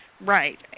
right